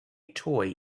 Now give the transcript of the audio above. toy